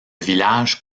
village